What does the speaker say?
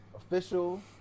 Official